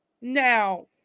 Now